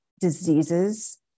diseases